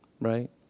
right